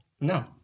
No